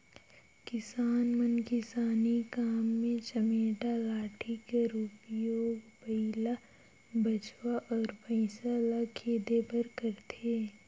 किसान मन किसानी काम मे चमेटा लाठी कर उपियोग बइला, बछवा अउ भइसा ल खेदे बर करथे